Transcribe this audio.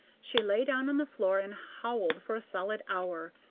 she lay down on the floor and howled for a solid hour,